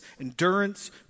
endurance